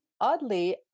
oddly